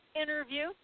interview